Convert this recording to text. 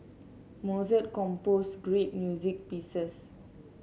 Mozart composed great music pieces